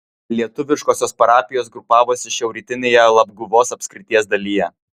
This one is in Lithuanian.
lietuviškosios parapijos grupavosi šiaurrytinėje labguvos apskrities dalyje